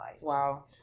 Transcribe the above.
Wow